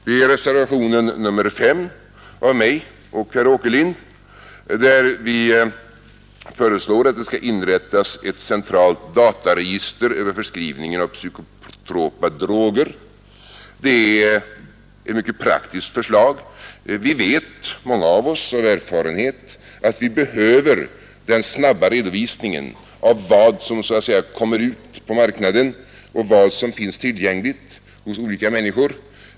Det är reservationen 5 av mig och herr Åkerlind, där vi föreslår att det skall inrättas ett centralt dataregister över förskrivningen av psykotropa droger. Detta är ett mycket praktiskt förslag. Många av oss vet av erfarenhet att vi behöver den snabba redovisningen av vad som så att säga kommer ut på marknaden och vad som finns tillgängligt hos olika människor.